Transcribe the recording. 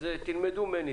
אז תלמדו ממני.